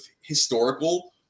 historical